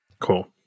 Cool